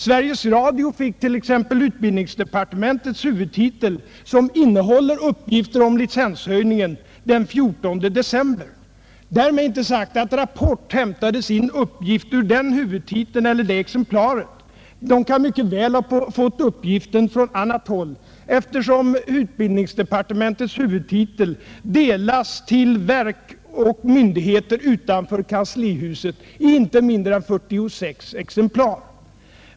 Sveriges Radio fick t.ex. utbildningsdepartementets huvudtitel, som innehåller uppgifter om licenshöjningen, den 14 december. Därmed är dock inte sagt att TV-programmet Rapport hämtade sina uppgifter ur det exemplaret. Man kan mycket väl ha fått uppgifterna från annat håll, eftersom utbildningsdepartementets huvudtitel delas till verk och myndigheter utanför kanslihuset i inte mindre än 46 exemplar.